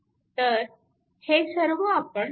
तर हे सर्व आपण पाहू